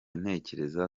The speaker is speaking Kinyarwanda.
ntekereza